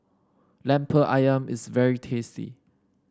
lemper ayam is very tasty